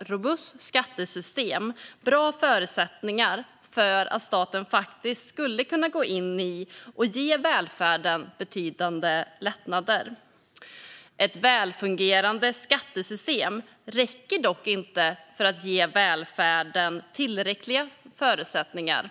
robust skattesystem bra förutsättningar för att staten faktiskt skulle kunna gå in och ge välfärden betydande lättnader. Ett välfungerande skattesystem räcker dock inte för att ge välfärden tillräckliga förutsättningar.